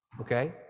okay